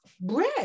bread